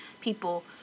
people